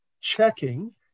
checking